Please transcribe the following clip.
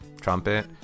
trumpet